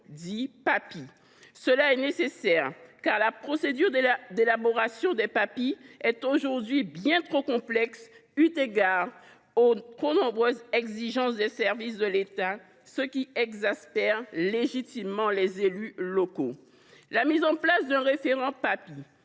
des Papi. Cela est nécessaire, car la procédure d’élaboration des Papi est aujourd’hui bien trop complexe, eu égard aux trop nombreuses exigences des services de l’État, ce qui exaspère légitimement les élus locaux. La mise en place d’un référent Papi